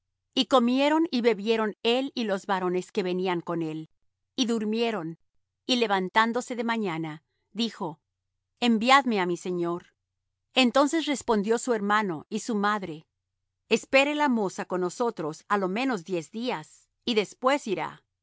y comieron y bebieron él y los varones que venían con él y durmieron y levantándose de mañana dijo enviadme á mi señor entonces respondió su hermano y su madre espere la moza con nosotros á lo menos diez días y después irá y